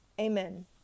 Amen